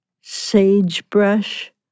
sagebrush